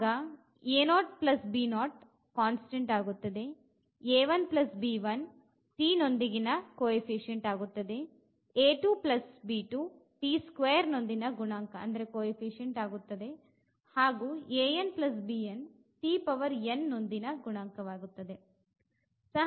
ಆಗ ಸ್ಥಿರಾಂಕ ವಾಗುತ್ತದೆ t ನೊಂದಿಗಿನ ಗುಣಾಂಕವಾಗುತ್ತದೆ ನೊಂದಿನ ಗುಣಾಂಕವಾಗುತ್ತದೆ ಹಾಗು ನೊಂದಿಗಿನ ಗುಣಾಂಕವಾಗುತ್ತದೆ